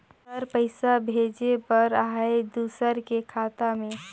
Sir पइसा भेजे बर आहाय दुसर के खाता मे?